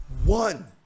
one